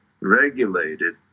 regulated